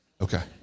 Okay